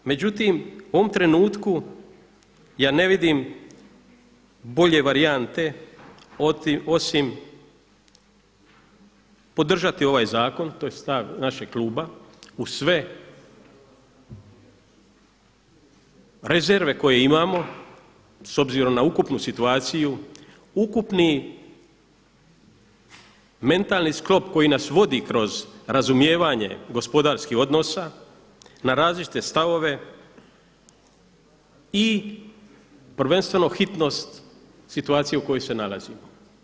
Međutim, u ovom trenutku ja ne vidim bolje varijante osim podržati ovaj zakon, to je stav našeg kluba uz sve rezerve koje imamo s obzirom na ukupnu situaciju, ukupni mentalni sklop koji nas vodi kroz razumijevanje gospodarskih odnosa, na različite stavove i prvenstveno hitnost situacije u kojoj se nalazimo.